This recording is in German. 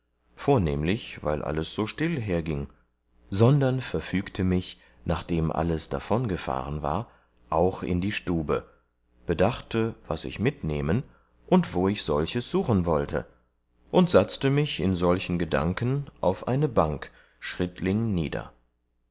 vornehmlich weil alles so still hergieng sondern verfügte mich nachdem alles davongefahren war auch in die stube bedachte was ich mitnehmen und wo ich solches suchen wollte und satzte mich in solchen ge danken auf eine bank schrittling nieder